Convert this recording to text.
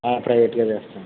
ప్రైవేటుగా చేస్తన్నాను అండి